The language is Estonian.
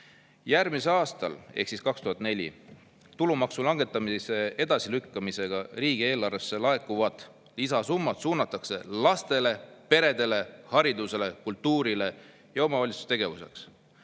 järgmisel aastal – ehk 2004 – tulumaksu langetamise edasilükkamisega riigieelarvesse laekuvad lisasummad suunatakse lastele, peredele, haridusele, kultuurile ja omavalitsuste tegevuseks.